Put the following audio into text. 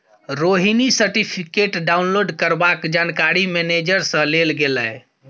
Rohini certificate download करबाक जानकारी manager सँ लेल गेलै